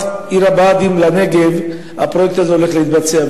עיר הבה"דים לנגב, הולך להתבצע.